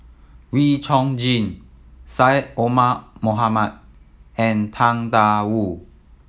Wee Chong Jin Syed Omar Mohamed and Tang Da Wu